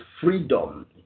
freedom